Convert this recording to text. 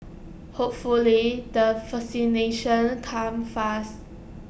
hopefully the vaccinations come fast